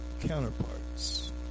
counterparts